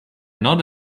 not